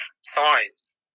Science